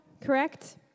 correct